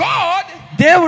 God